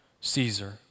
Caesar